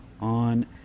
on